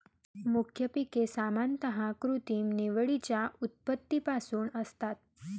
मुख्य पिके सामान्यतः कृत्रिम निवडीच्या उत्पत्तीपासून असतात